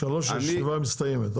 ב- 15:00 הישיבה מסתיימת.